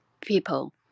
people